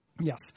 Yes